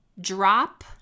drop